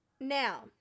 Now